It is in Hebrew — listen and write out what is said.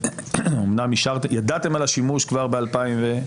שאומנם ידעתם על השימוש כבר ב-2013,